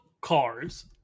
cars